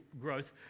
growth